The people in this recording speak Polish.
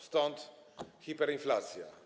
Stąd hiperinflacja.